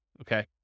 okay